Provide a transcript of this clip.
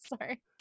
Sorry